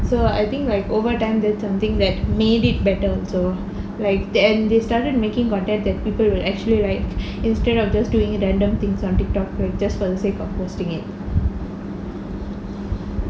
so I think like over time that something that made it better so like then they started making content that people will actually like instead of just doing random things on TikTok like just for the sake of posting it